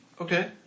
Okay